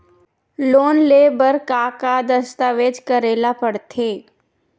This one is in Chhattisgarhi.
लोन ले बर का का दस्तावेज करेला पड़थे?